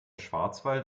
schwarzwald